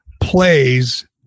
plays